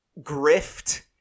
grift